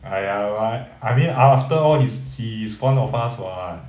!aiya! but I mean afterall his he is one of us [what]